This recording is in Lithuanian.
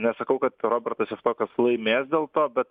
nesakau kad robertas javtokas laimės dėl to bet